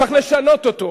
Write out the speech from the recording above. וצריך לשנות אותו.